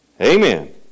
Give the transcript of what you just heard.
Amen